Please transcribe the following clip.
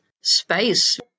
space